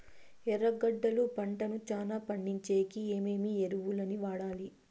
ఎర్రగడ్డలు పంటను చానా పండించేకి ఏమేమి ఎరువులని వాడాలి?